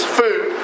food